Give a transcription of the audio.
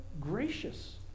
gracious